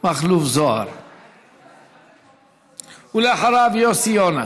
מכלוף זוהר ואחריו, יוסי יונה.